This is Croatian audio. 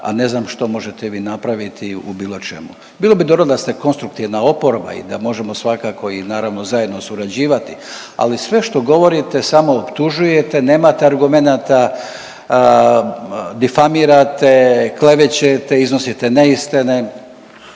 a ne znam što možete vi napraviti u bilo čemu. Bilo bi dobro da ste konstruktivna oporba i da možemo svakako i naravno zajedno surađivati, ali sve što govorite samo optužujete, nemate argumenata, difamirate, klevećete, iznosite neistine.